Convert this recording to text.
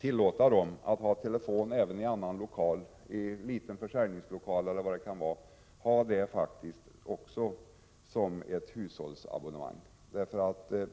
tillåta dem att som ett hushållsabonnemang ha telefon även i en annan lokal än i hemmet, i en liten försäljningslokal eller vad det kan vara.